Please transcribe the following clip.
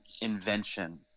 invention